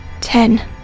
Ten